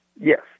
Yes